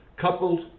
coupled